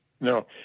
No